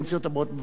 בוודאי אתה תמלא,